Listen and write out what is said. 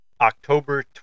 October